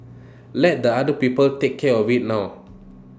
let the other people take care of IT now